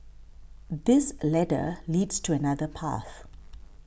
this ladder leads to another path